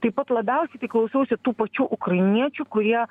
taip pat labiausiai tai klausiausi tų pačių ukrainiečių kurie